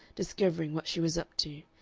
discovering what she was up to,